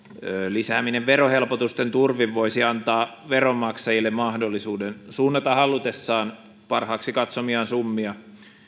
lisääminen verohelpotusten turvin voisi antaa veronmaksajille mahdollisuuden suunnata halutessaan parhaaksi katsomiaan summia